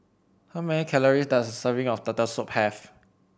how many calories does a serving of Turtle Soup have